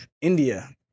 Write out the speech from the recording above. India